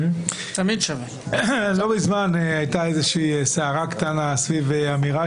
לא מזמן הייתה איזושהי סערה קטנה סביב אמירה